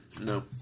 No